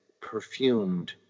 perfumed